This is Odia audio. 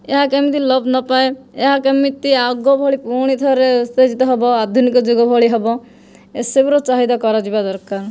ଏହା କେମିତି ଲୋପ୍ ନ ପାଏ ଏହା କେମିତି ଆଗ ଭଳି ପୁଣି ଥରେ ସେ ଯଦି ହେବ ଆଧୁନିକ ଯୁଗ ଭଳି ହେବ ଏସବୁର ଚାହିଦା କରାଯିବା ଦରକାର